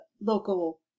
local